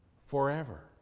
forever